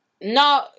No